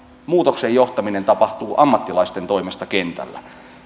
muutoksen johtaminen tapahtuu ammattilaisten toimesta kentällä